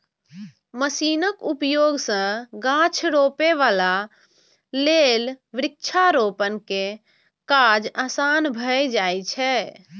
मशीनक उपयोग सं गाछ रोपै बला लेल वृक्षारोपण के काज आसान भए जाइ छै